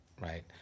Right